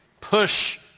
push